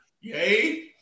Yay